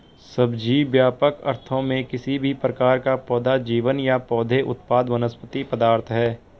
सब्जी, व्यापक अर्थों में, किसी भी प्रकार का पौधा जीवन या पौधे उत्पाद वनस्पति पदार्थ है